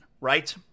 right